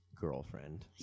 girlfriend